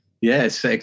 Yes